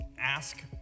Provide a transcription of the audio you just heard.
ask